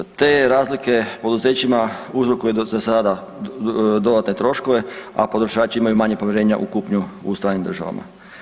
Te razlike poduzećima uzrokuju za sada dodatne troškove, a potrošači imaju manje povjerenja u kupnju u stranim državama.